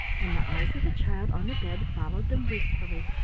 and the eyes of the child on the bed followed them wistfully,